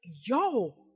yo